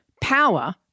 power